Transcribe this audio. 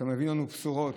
אתה מביא לנו בשורות.